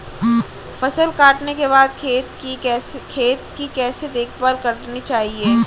फसल काटने के बाद खेत की कैसे देखभाल करनी चाहिए?